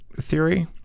theory